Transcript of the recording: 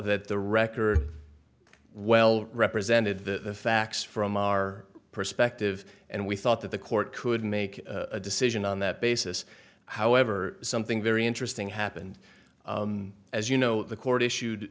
that the record well represented the facts from our perspective and we thought that the court could make a decision on that basis however something very interesting happened as you know the court issued